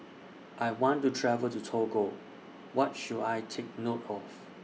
I want to travel to Togo What should I Take note of